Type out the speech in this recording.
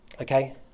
Okay